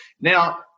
Now